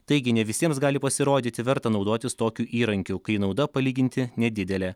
taigi ne visiems gali pasirodyti verta naudotis tokiu įrankiu kai nauda palyginti nedidelė